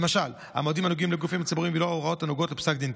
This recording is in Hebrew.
למשל המועדים הנוגעים לגופים ציבוריים ולא הוראות הנוגעות לפסק דין.